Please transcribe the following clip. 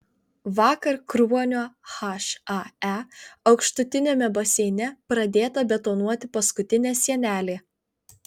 vakar kruonio hae aukštutiniame baseine pradėta betonuoti paskutinė sienelė